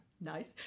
nice